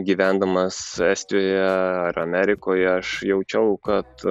gyvendamas estijoje ar amerikoje aš jaučiau kad